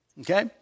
Okay